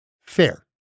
fair